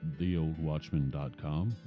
theoldwatchman.com